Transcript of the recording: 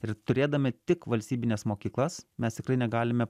ir turėdami tik valstybines mokyklas mes tikrai negalime